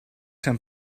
zijn